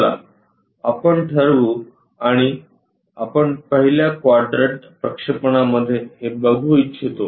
चला आपण ठरवू आणि आपण पहिल्या क्वाड्रंट प्रक्षेपणामध्ये हे बघू इच्छितो